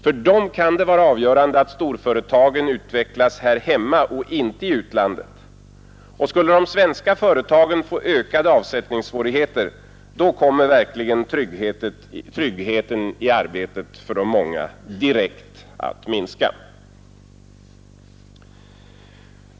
För dem kan det därför vara avgörande att storföretagen utvecklas här hemma och inte i utlandet. Och skulle de svenska företagen få ökade avsättningssvårigheter, då kommer verkligen tryggheten i arbetet för de många direkt att minska.